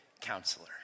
counselor